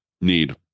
need